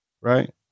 right